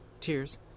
tears